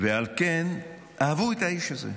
ועל כן אהבו את האיש הזה.